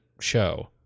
show